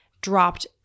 dropped